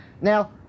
Now